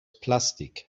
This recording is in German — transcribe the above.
plastik